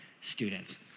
students